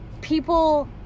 people